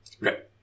Right